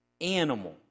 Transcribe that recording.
animal